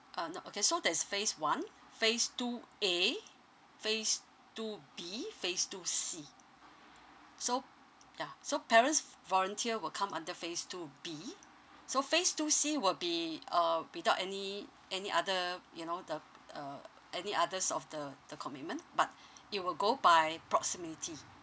uh no okay so there's phase one phase two A phase two B phase two C so yeah so parents v~ volunteer will come under phase two B so phase two C will be uh without any any other you know the uh any others of the the commitment but it will go by proximity